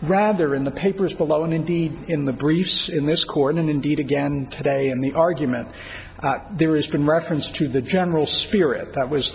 rather in the papers below and indeed in the briefs in this court and indeed again today in the argument there is been reference to the general spirit that was